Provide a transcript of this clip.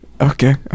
Okay